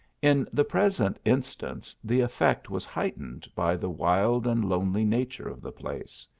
in the present instance, the effect was heightened by the wild and lonely nature of the place.